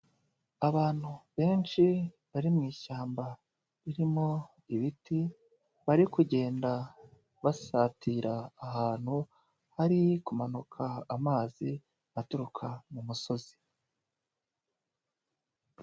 Abantu benshi bari mu ishyamba ririmo ibiti, bari kugenda basatira ahantu hari kumanuka amazi aturuka mu musozi.